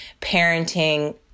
parenting